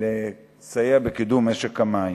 ולסייע בקידום משק המים.